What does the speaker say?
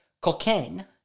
cocaine